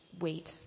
wait